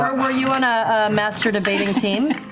were you on a master debating team?